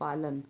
पालन